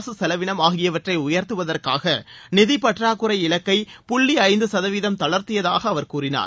அரசு செலவிளம் ஆகியவற்றை உயர்த்துவதற்காக நிதிப்பற்றாக்குறை இலக்கை புள்ளி ஐந்து சதவீதம் தளர்த்தியதாக அவர் கூறினார்